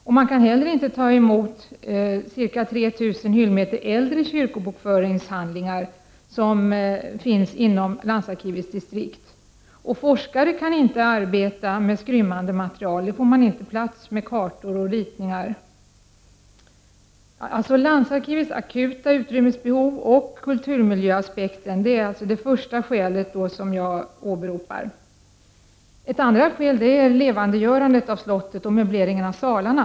Det går inte heller att ta emot de ca 3 000 hyllmeter äldre kyrkobokföringshandlingar som finns i landsarkivets distrikt. Forskare kan inte arbeta med skrymmande material. Det finns ingen plats för kartor och ritningar. Landsarkivets akuta behov av utrymme och kulturmiljöaspekten utgör tillsammans det första skälet som jag vill åberopa. Ett andra skäl är en önskan att levandegöra slottet med möbleringen av salarna.